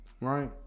Right